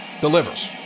Delivers